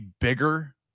bigger